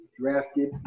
drafted